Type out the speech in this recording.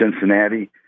Cincinnati